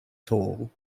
tall